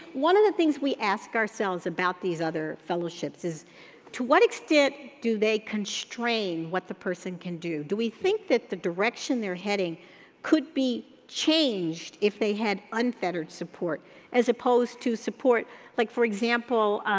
one of the things we ask ourselves about these other fellowships is to what extent do they constrain what the person can do? do we think that the direction they're heading could be changed if they had unfettered support as opposed to support like, for example,